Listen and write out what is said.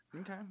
Okay